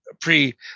pre